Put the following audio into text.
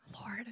Lord